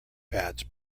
pads